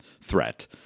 threat